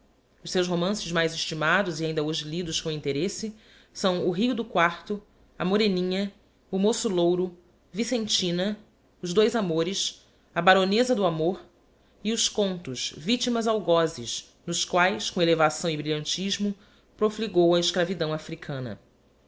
os seus romances mais estimados e ainda hoje lidos com interesse sfio o rio do quarto j a moreninha o moço louro vicentina os dois amores a baronesa do amor e os contos victimas algoees nos quaes com elevação e brilhantismo profligou a escravidão africana